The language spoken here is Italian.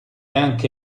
anche